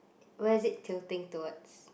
where is it tilting towards